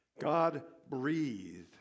God-breathed